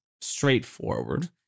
straightforward